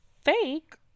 fake